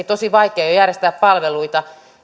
tosi vaikea järjestää palveluita